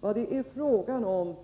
Som jag tidigare sagt är det fråga om